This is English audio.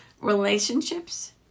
relationships